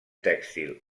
tèxtil